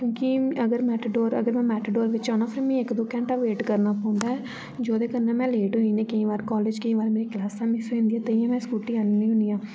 क्योंकि अगर मेटाडोर अगर मैं मेटाडोर बिच्च आना फिर मैं इक दो घन्टा वेट करना पौंदा ऐ जोह्दे कन्नै मैं लेट होई जन्नी आं केईं बार कालेज केईं बार मेरियां क्लासां मिस होई जन्दिया ताइयें मैं स्कूटी आह्ननी होन्नी आं